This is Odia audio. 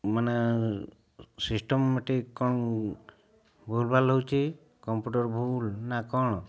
ମାନେ ସିଷ୍ଟମ୍ ମୋତେ ଟିକେ କ'ଣ ଭୁଲ୍ଭାଲ୍ ହେଉଛି କମ୍ପ୍ୟୁଟର୍ ଭୁଲ୍ ନା କ'ଣ